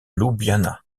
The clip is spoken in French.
ljubljana